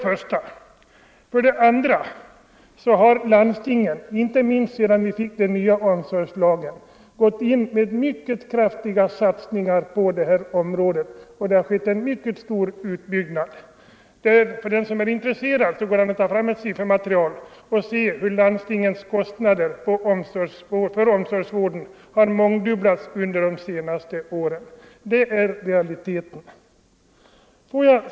För det andra har landstingen, inte minst sedan vi fick den nya omsorgslagen, gjort mycket kraftiga satsningar på detta område, och det 95 har skett en mycket stor utbyggnad. Den som är intresserad kan ta fram ett siffermaterial, som då kommer att visa att landstingens kostnader för omsorgsvården under de senaste åren mångdubblats. Det är realiteterna.